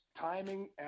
timing